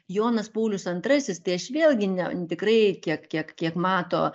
jonas paulius antrasis tai aš vėlgi ne tikrai kiek kiek kiek mato